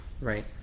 Right